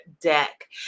deck